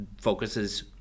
focuses